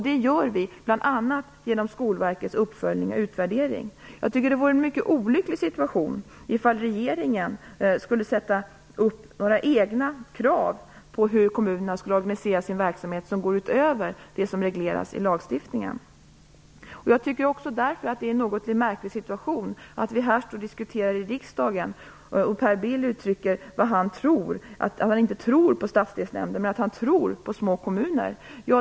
Det gör vi bl.a. genom Skolverkets uppföljning och utvärdering. Jag tycker att det vore en mycket olycklig situation ifall regeringen skulle sätta upp några egna krav på hur kommunerna skall organisera sin verksamhet som går ut utöver det som regleras i lagen. Jag tycker att det är en något märklig situation att vi här i riksdagen diskuterar vad enskilda ledamöter, som Per Bill uttrycker det, tror. Per Bill tror inte på stadsdelsnämnder men han tror på små kommuner.